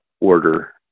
order